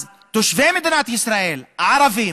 אז תושבי מדינת ישראל הערבים,